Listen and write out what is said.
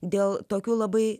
dėl tokių labai